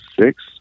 six